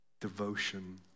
devotion